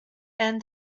and